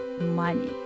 money